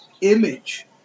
image